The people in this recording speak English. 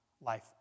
life